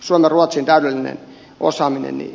suomen ruotsin täydellinen osaaminen